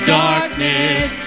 darkness